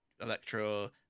Electro